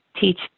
teach